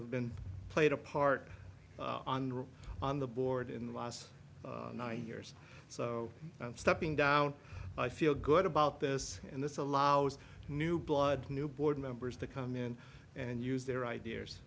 have been played a part on the board in the last nine years so i'm stepping down i feel good about this and this allows new blood new board members to come in and use their ideas